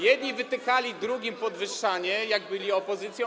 Jedni wytykali drugim podwyższanie, jak byli w opozycji.